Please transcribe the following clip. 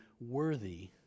worthy